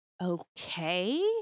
okay